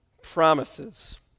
promises